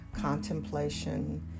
contemplation